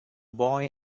boy